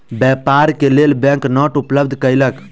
व्यापार के लेल बैंक बैंक नोट उपलब्ध कयलक